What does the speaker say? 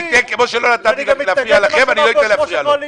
כמו שלא נתתי להפריע לכם, אני לא אתן להפריע לו.